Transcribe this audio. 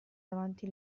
davanti